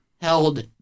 held